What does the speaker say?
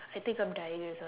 I think I'm dying rizlan